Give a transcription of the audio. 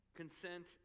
consent